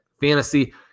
fantasy